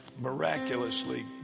miraculously